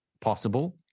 possible